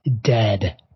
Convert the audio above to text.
dead